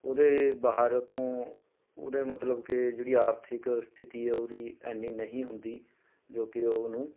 ਉਹਦੇ ਬਾਹਰ ਤੋਂ ਉਹਦੇ ਮਤਲਬ ਕਿ ਜਿਹੜੀ ਆਰਥਿਕ ਸਥਿਤੀ ਹੈ ਉਹਦੀ ਇੰਨੀ ਨਹੀਂ ਹੁੰਦੀ ਜੋ ਕਿ ਉਹਨੂੰ